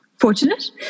fortunate